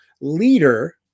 leader